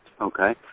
Okay